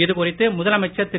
இதுகுறித்து முதலமைச்சர் திரு